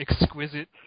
exquisite